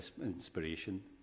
inspiration